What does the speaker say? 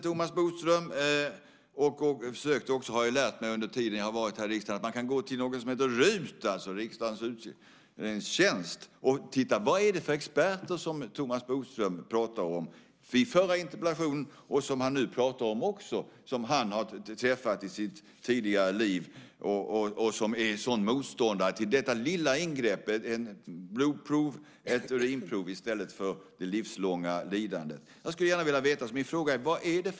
Under tiden som jag har varit här i riksdagen har jag lärt mig att man kan gå till någon som heter RUT, alltså riksdagens utredningstjänst, och titta på detta. Vad är det för experter som Thomas Bodström pratade om i den förra interpellationsdebatten - och han pratar om dem nu också - som han har träffat i sitt tidigare liv och som är sådana motståndare till detta lilla ingrepp, ett blodprov eller ett urinprov, i stället för det livslånga lidandet? Jag skulle gärna vilja veta det.